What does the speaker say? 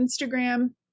Instagram